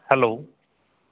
hello